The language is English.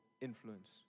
influence